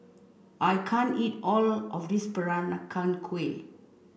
I can't eat all of this Peranakan Kueh